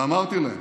ואמרתי להם: